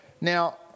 Now